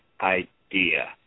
idea